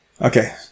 okay